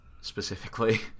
specifically